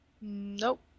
Nope